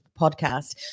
podcast